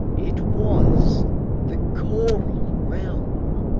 it was the coral realm.